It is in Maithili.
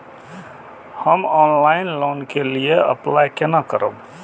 हम ऑनलाइन लोन के लिए अप्लाई केना करब?